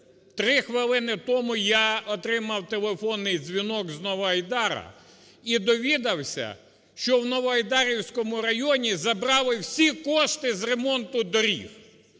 3 хвилини тому я отримав телефонний дзвінок з Новоайдара і довідався, що в Новоайдарському районі забрали всі кошти з ремонту доріг.